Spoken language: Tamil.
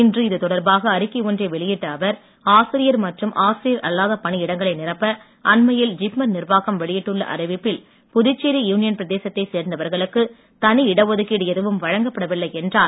இன்று இதுதொடர்பாக அறிக்கை ஒன்றை வெளியிட்ட அவர் ஆசிரியர் மற்றும் ஆசிரியர் அல்லாத பணி இடங்களை நிரப்ப அண்மையில் ஜிப்மர் நிர்வாகம் வெளியிட்டுள்ள அறிவிப்பை புதுச்சேரி யூனியன் பிரதேசத்தைச் சேர்ந்தவர்களுக்கு தனி இட ஒதுக்கீடு எதுவும் வழங்கப்படவில்லை என்றார்